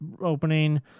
opening